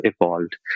evolved